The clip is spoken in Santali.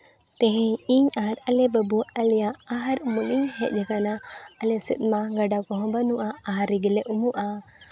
ᱛᱮᱦᱤᱧ ᱤᱧ ᱟᱨ ᱟᱞᱮ ᱵᱟᱹᱵᱩ ᱟᱞᱮᱭᱟᱜ ᱟᱦᱟᱨ ᱩᱢᱩᱜ ᱞᱤᱧ ᱦᱮᱡ ᱟᱠᱟᱱᱟ ᱟᱞᱮ ᱥᱮᱫ ᱢᱟ ᱜᱟᱰᱟ ᱠᱚᱦᱚᱸ ᱵᱟᱹᱱᱩᱜᱼᱟ ᱟᱦᱟᱨ ᱨᱮᱜᱮᱞᱮ ᱩᱢᱩᱜᱼᱟ